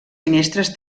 finestres